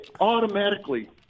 automatically